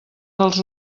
dels